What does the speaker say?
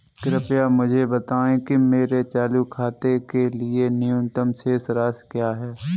कृपया मुझे बताएं कि मेरे चालू खाते के लिए न्यूनतम शेष राशि क्या है?